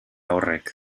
horrek